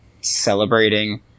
celebrating